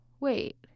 wait